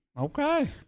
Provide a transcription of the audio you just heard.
Okay